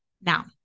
Now